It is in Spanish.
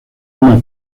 una